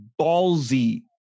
ballsy